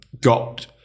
got